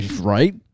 right